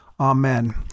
Amen